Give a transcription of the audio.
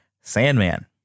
Sandman